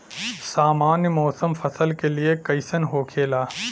सामान्य मौसम फसल के लिए कईसन होखेला?